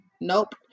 nope